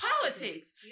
politics